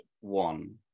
one